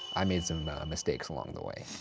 i made some mistakes along the way.